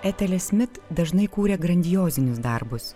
etelė smit dažnai kūrė grandiozinius darbus